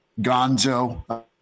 Gonzo